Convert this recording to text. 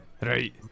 right